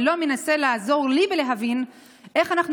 ולא מנסה לעזור לי להבין איך אנחנו